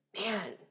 man